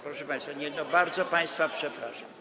Proszę państwa, nie, bardzo państwa przepraszam.